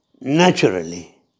naturally